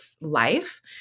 life